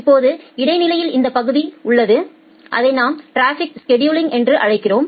இப்போது இடையில் இந்த தொகுதி உள்ளது அதை நாம் டிராபிக் ஸ்செடுலிங் என்று அழைக்கிறோம்